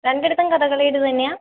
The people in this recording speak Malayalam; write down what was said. രണ്ടിടത്തും കഥകളിയുടെ തന്നെയാണോ